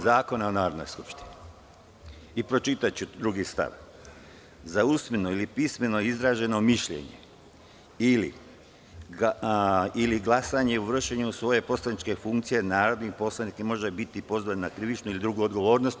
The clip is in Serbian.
Zakona o Narodnoj skupštini i pročitaću stav 2. „Za usmeno ili pismeno izraženo mišljenje ili glasanje u vršenju svoje poslaničke funkcije narodni poslanik ne može biti pozvan na krivičnu ili drugu odgovornost“